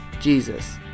Jesus